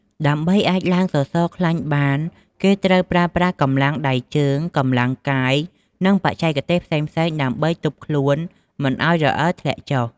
ដើម្បីអាចឡើងសសរខ្លាញ់បានគេត្រូវប្រើប្រាស់កម្លាំងដៃជើង កម្លាំងកាយ និងបច្ចេកទេសផ្សេងៗដើម្បីទប់ខ្លួនមិនឱ្យរអិលធ្លាក់ចុះ។